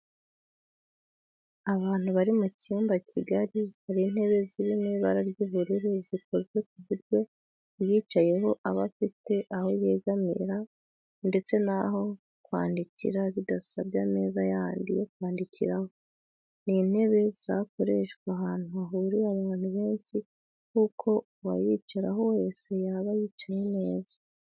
Abant bari mu cyumba kigari hari intebe ziri mu ibara ry'ubururu zikozwe ku buryo uyicayeho aba afite aho yegamira ndetse n'aho kwandikira bidasabye ameza yandi yo kwandikiraho. Ni intebe zakoreshwa ahantu hahuriye abantu benshi kuko uwayicaraho wese yaba yicaye neza